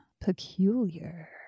peculiar